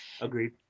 Agreed